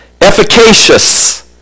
efficacious